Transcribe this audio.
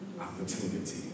opportunity